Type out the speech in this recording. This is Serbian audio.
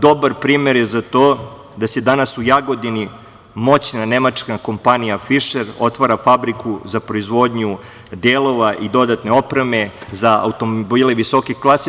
Dobar primer za to je da danas u Jagodini moćna nemačka kompanija "Fišer" otvara fabriku za proizvodnju delova i dodatne opreme za automobile visoke klase.